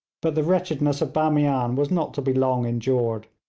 but the wretchedness of bamian was not to be long endured.